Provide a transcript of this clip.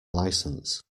licence